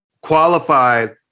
qualified